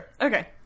Okay